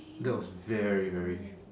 that was very very